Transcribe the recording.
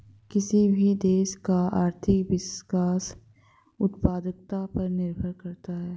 किसी भी देश का आर्थिक विकास उत्पादकता पर निर्भर करता हैं